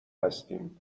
هستین